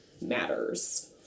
matters